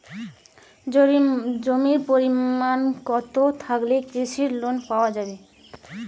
জমির পরিমাণ কতো থাকলে কৃষি লোন পাওয়া যাবে?